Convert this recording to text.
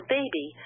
baby